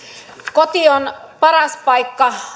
koti on paras paikka